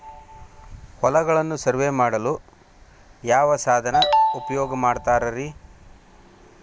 ಹೊಲಗಳನ್ನು ಸರ್ವೇ ಮಾಡಲು ಯಾವ ಸಾಧನ ಉಪಯೋಗ ಮಾಡ್ತಾರ ರಿ?